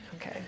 Okay